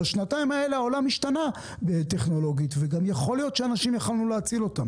בשנתיים האלה העולם השתנה טכנולוגית ויכול להיות שיכלנו להציל אנשים.